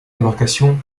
embarcations